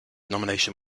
nomination